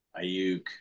Ayuk